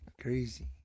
Crazy